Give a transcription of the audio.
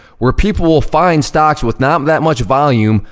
where people will find stocks with not that much volume,